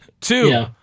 Two